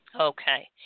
Okay